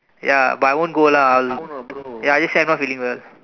ya but I won't go lah I won't lah bro ya just say I'm not feeling well